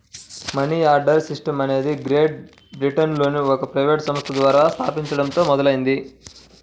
money order system అనేది great బ్రిటన్లోని ఒక ప్రైవేట్ సంస్థ ద్వారా స్థాపించబడటంతో మొదలైంది